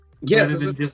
Yes